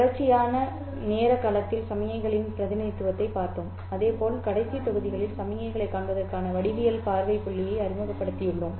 தொடர்ச்சியான நேரக் களத்தில் சமிக்ஞைகளின் பிரதிநிதித்துவத்தைப் பார்த்தோம் அதே போல் கடைசி தொகுதிகளில் சமிக்ஞைகளைக் காண்பதற்கான வடிவியல் பார்வை புள்ளியை அறிமுகப்படுத்தியுள்ளோம்